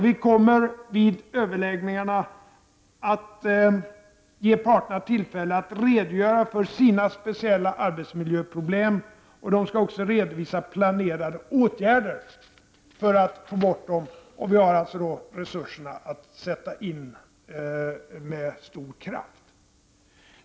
Vi kommer att vid överläggningarna ge parterna tillfälle att redogöra för sina speciella arbetsmiljöproblem. De skall också redovisa planerade åtgärder för att få bort dessa problem. Och vi har alltså resurser som kan sättas in med stor kraft.